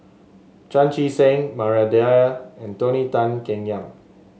Chan Chee Seng Maria Dyer and Tony Tan Keng Yam